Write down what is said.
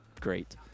great